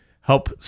help